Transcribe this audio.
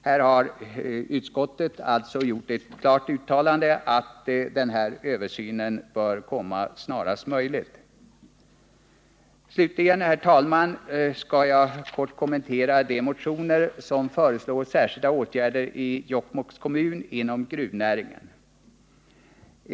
Här har utskottet gjort ett klart uttalande om att en översyn bör komma till stånd snarast möjligt. Slutligen, herr talman, skall jag kort kommentera de motioner som föreslår särskilda åtgärder i Jokkmokks kommun inom gruvnäringen.